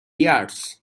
years